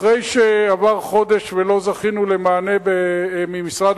אחרי שעבר חודש ולא זכינו למענה ממשרד